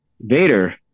vader